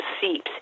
seeps